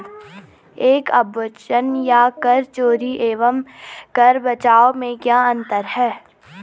कर अपवंचन या कर चोरी एवं कर बचाव में क्या अंतर है?